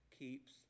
Keeps